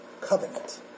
covenant